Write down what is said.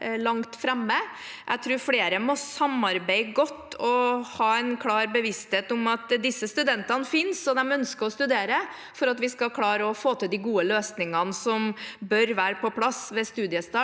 det langt framme. Jeg tror flere må samarbeide godt og ha en klar bevissthet om at disse studentene finnes, og at de ønsker å studere, for at vi skal klare å få til de gode løsningene som bør være på plass ved studiestart